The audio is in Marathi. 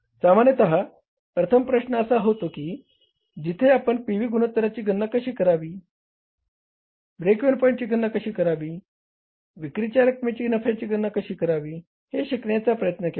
सामान्यत प्रथम प्रश्न असा होता जिथे आपण पी व्ही गुणोत्तरची गणना कशी करावी ब्रेक इव्हन पॉईंटची गणना कशी करावी विक्रीच्या रकमेसाठी नफ्याची गणना कशी करावी हे शिकण्याचा प्रयत्न केला